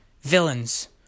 villains